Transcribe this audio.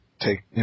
take